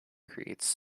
creates